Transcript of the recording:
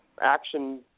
action